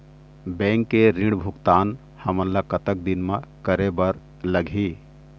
Bank के ऋण भुगतान हमन ला कतक दिन म करे बर लगही?